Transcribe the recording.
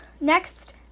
next